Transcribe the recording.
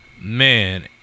man